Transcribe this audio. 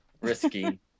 Risky